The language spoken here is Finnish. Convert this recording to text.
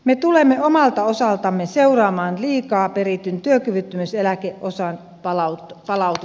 me tulemme omalta osaltamme seuraamaan liikaa perityn työkyvyttömyyseläkeosan palautumista